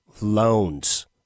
loans